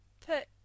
put